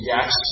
Yes